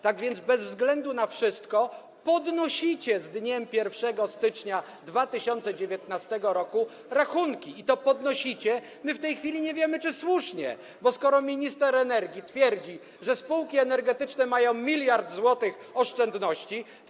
Tak więc bez względu na wszystko podnosicie z dniem 1 stycznia 2019 r. rachunki i to podnosicie, choć my w tej chwili nie wiemy, czy słusznie, skoro minister energii twierdzi, że spółki energetyczne mają 1 mld zł oszczędności.